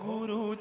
Guru